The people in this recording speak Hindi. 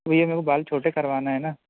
भैया मेरेको बाल छोटे करवाना है ना